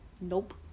Nope